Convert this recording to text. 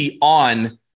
on